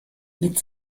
mit